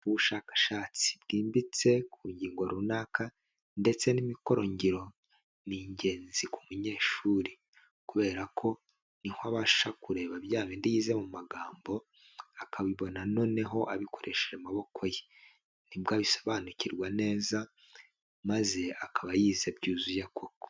Ubushakashatsi bwimbitse ku ngingo runaka ndetse n'imikorongiro ni ingenzi ku munyeshuri, kubera ko niho abasha kureba bya bindize mu magambo akabibona noneho abikoresheje amaboko ye, nibwo abisobanukirwa neza maze akaba yize byuzuye koko.